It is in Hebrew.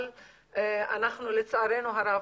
אבל אנחנו לצערנו הרב,